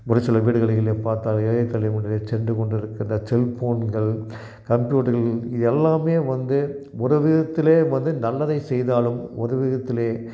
ஒரு சிலர் வீடுகளிலே பார்த்தால் இளைய தலைமுறை சென்று கொண்டு இருக்கிற செல்போன்கள் கம்ப்யூட்டர்கள் இது எல்லாமே வந்து ஒரு விதத்தில் வந்து நல்லதை செய்தாலும் ஒரு விதத்தில்